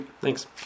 Thanks